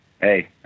Hey